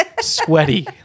sweaty